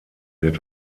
wird